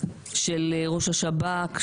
של ראש השב"כ,